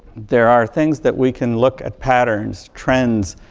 there are things that we can look at, patterns, trends,